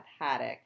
Haddock